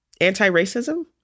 Anti-racism